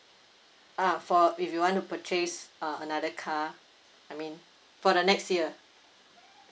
ah for if you want to purchase uh another car I mean for the next year